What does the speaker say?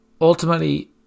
ultimately